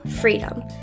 freedom